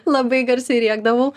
labai garsiai rėkdavau